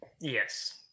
yes